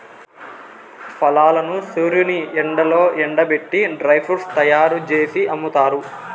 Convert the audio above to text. ఫలాలను సూర్యుని ఎండలో ఎండబెట్టి డ్రై ఫ్రూట్స్ తయ్యారు జేసి అమ్ముతారు